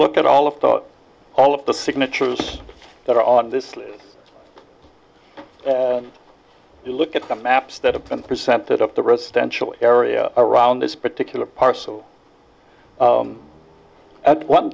look at all of thought all of the signatures that are on this list and look at the maps that have been presented of the residential area around this particular parcel at one